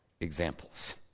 examples